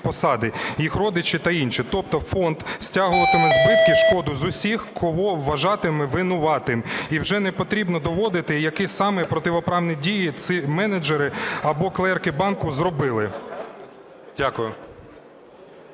посади, їх родичі та інші. Тобто фонд стягуватиме збитки і шкоду з усіх, кого вважатиме винуватим, і вже не потрібно доводити, які саме протиправні дії ці менеджери або клерки банку зробили. Дякую.